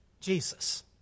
Jesus